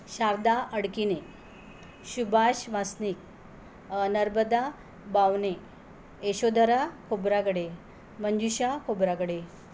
Sharda Adkine Subhash Wasnik Narbada Bawane Yashodhara Khobragade Manjusha Khobragade